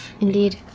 Indeed